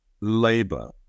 labor